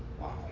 Wow